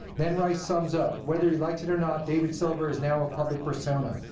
then rice sums up, whether he likes it or not, david silver is now a public persona.